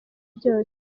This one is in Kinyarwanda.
byose